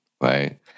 right